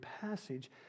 passage